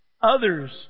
others